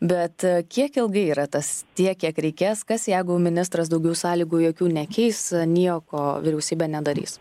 bet kiek ilgai yra tas tiek kiek reikės kas jeigu ministras daugiau sąlygų jokių nekeis nieko vyriausybė nedarys